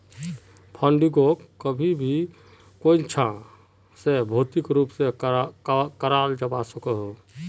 फंडिंगोक कभी भी कोयेंछा से भौतिक रूप से कराल जावा सकोह